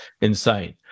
insane